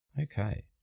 Okay